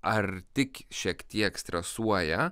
ar tik šiek tiek stresuoja